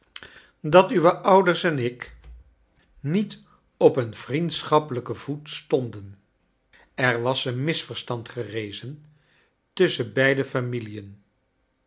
dat uwe ouders en ik niet i op een vriendsohappelijken voet stonden er was een misverstand gerezen tusschen beide